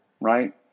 right